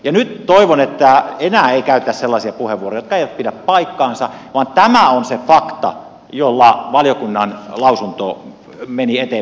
nyt toivon että enää ei käytettäisi sellaisia puheenvuoroja jotka eivät pidä paikkaansa vaan tämä on se fakta jolla valiokunnan lausunto meni eteenpäin yksimielisenä